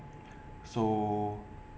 so